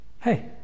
Hey